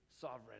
sovereign